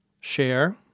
Share